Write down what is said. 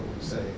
say